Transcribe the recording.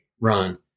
run